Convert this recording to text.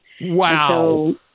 Wow